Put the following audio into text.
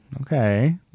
Okay